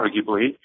arguably